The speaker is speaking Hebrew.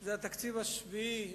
זה התקציב השביעי,